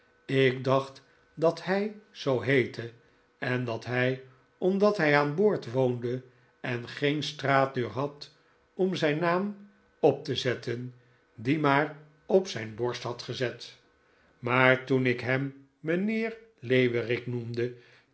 ik dacht dat hij zoo heette en dat hij omdat hij aan boord woonde en geen straatdeur had om zijn naam op te zetten dien maar op zijn borst had gezet maar toen ik hem mijnheer leeuwerik noemde